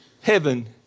heaven